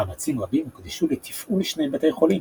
מאמצים רבים הוקדשו לתפעול שני בתי חולים,